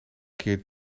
keer